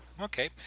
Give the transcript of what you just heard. Okay